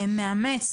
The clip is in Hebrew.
מאמץ.